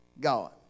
God